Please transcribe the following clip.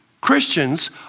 Christians